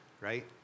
right